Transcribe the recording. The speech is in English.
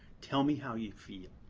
tell me how you feel.